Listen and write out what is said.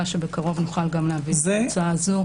שבקרוב נוכל גם להביא את ההצעה הזו.